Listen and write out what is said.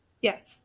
Yes